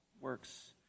works